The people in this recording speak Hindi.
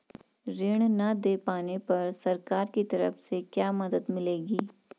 ऋण न दें पाने पर सरकार की तरफ से क्या मदद मिलेगी?